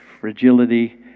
fragility